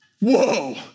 Whoa